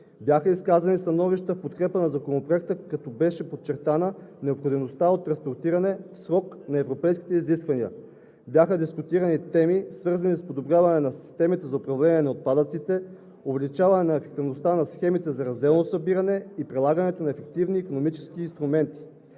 Бяха изказани становища в подкрепа на Законопроекта, като беше подчертана необходимостта от транспониране в срок на европейските изисквания. Бяха дискутирани теми, свързани с подобряване на системите за управление на отпадъците, увеличаване на ефективността на схемите за разделно събиране и прилагането на ефективни икономически инструменти,